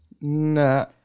Nah